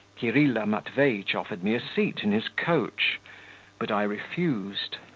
kirilla matveitch offered me a seat in his coach but i refused.